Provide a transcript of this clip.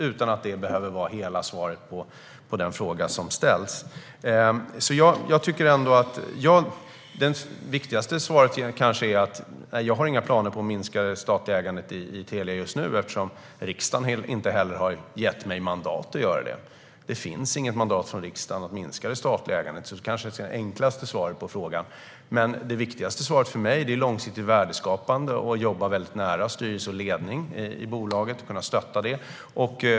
Men det behöver inte vara hela svaret på den fråga som ställts. Det viktigaste svaret kanske är att jag inte har några planer på att minska det statliga ägandet i Telia just nu. Riksdagen har inte heller gett mig mandat för det. Det finns inget mandat från riksdagen om att minska det statliga ägandet. Det kanske är det enklaste svaret på frågan. Det viktigaste för mig är dock långsiktigt värdeskapande och att jobba nära styrelse och ledning i bolaget, för att kunna stötta dem.